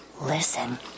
listen